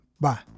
Bye